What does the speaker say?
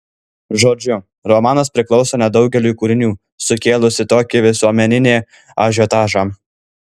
žodžiu romanas priklauso nedaugeliui kūrinių sukėlusių tokį visuomeninį ažiotažą